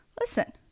Listen